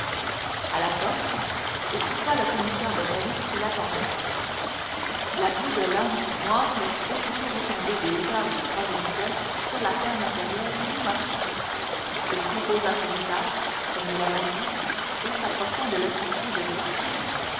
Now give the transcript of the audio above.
à la porte il trouva le commissaire de police qui l'attendait la vue de l'homme noir le fit aussitôt retomber des hauteurs du troisième ciel sur la terre matérielle où nous marchons il composa son visage comme nous l'avons dit et s'approchant de l'officier de justice